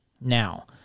Now